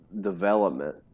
development